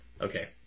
okay